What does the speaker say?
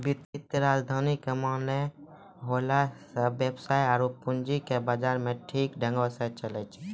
वित्तीय राजधानी के माने होलै वेवसाय आरु पूंजी के बाजार मे ठीक ढंग से चलैय